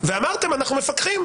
ואמרתם "אנחנו מפקחים".